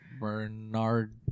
Bernard